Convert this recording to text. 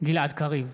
גלעד קריב,